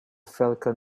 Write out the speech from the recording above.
falcon